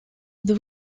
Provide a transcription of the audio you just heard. this